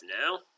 now